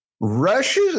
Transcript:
Russia